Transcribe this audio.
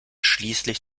schließlich